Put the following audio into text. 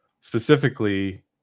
specifically